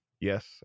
Yes